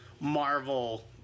Marvel